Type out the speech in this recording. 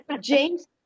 James